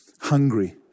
hungry